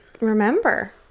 remember